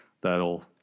that'll